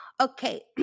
okay